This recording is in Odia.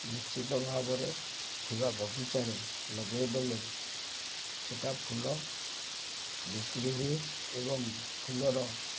ନିଶ୍ଚିତ ଭାବରେ ଥିବା ବଗିଚାରେ ଲଗେଇଦେଲେ ସେଟା ଫୁଲ ବିକ୍ରି ହୁଏ ଏବଂ ଫୁଲର